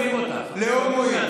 אם מחר ידרשו ממני,